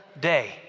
day